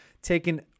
taking